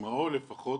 משהו לפחות